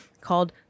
called